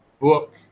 book